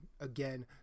again